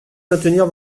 maintenir